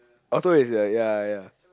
auto is the ya ya